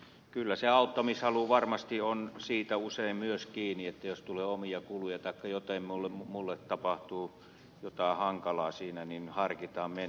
kyllä se auttamishalu varmasti on usein myös siitä kiinni että jos tulee omia kuluja taikka jotain hankalaa auttajalle tapahtuu niin harkitaan mennäänkö